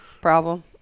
problem